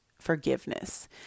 forgiveness